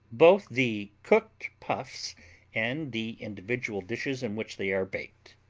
both the cooked puffs and the individual dishes in which they are baked.